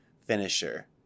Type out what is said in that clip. finisher